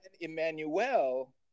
Emmanuel